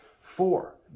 Four